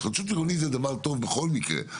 התחדשות עירונית זה דבר טוב בכל מקרה,